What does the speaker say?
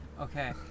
Okay